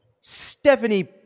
Stephanie